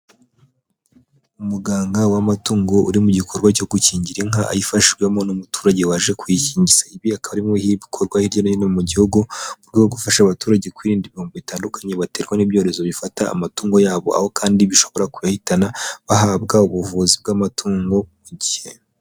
Umuganga w'amatungo uri mu gikorwa cyo gukingira inka ayifashijwemo n'umuturage waje kuyikingiza, ibi akaba ari bimwe mu bikorwa hirya no hino mu gihugu mu rwego rwo gufasha abaturage kwirinda ibihombo bitandukanye baterwa n'ibyorezo bifata amatungo yabo, aho kandi bishobora kuyahitana bahabwa ubuvuzi bw'amatungo ku gihe.